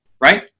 Right